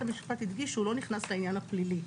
המשפט הדגיש שהוא לא נכנס לעניין הפלילי.